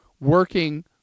working